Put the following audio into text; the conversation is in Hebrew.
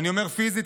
אני אומר פיזית,